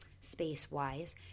space-wise